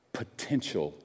potential